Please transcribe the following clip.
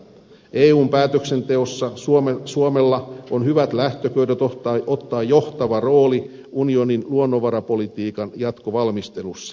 eun päätöksenteossa suomella on hyvät lähtökohdat ottaa johtava rooli unionin luonnonvarapolitiikan jatkovalmistelussa